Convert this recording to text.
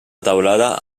teulada